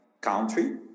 country